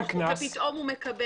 גם קנסות.